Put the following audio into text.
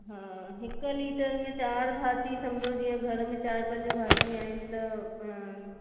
हा हिक लीटर में चारि भाती सम्झो जीअं घर में चारि पंज भाती आहिनि त